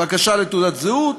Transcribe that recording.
בקשה לתעודת זהות,